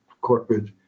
corporate